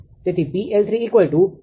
તેથી 𝑃𝐿30